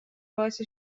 باعث